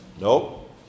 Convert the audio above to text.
Nope